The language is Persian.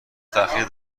تاخیر